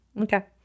Okay